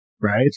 Right